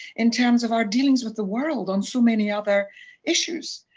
in terms of our dealings with the world, on so many other issues.